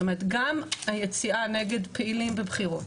גם היציאה נגד פעילים בבחירות,